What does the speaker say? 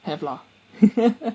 have lah